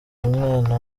mwana